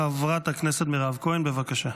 חברת הכנסת מירב כהן, בבקשה.